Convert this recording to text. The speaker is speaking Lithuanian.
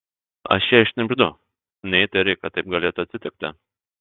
aš jai šnibždu neįtarei kad taip galėtų atsitikti